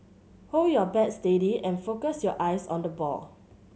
hold your bat steady and focus your eyes on the ball